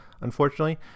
unfortunately